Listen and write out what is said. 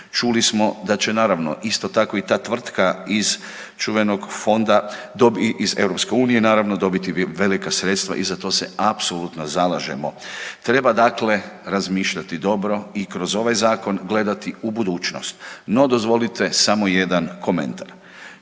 Čuli smo da će naravno isto tako i ta tvrtka iz čuvenog fonda iz EU naravno dobiti velika sredstva i za to se apsolutno zalažemo. Treba dakle razmišljati dobro i kroz ovaj zakon gledati u budućnost. No, dozvolite samo jedan komentar.